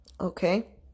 okay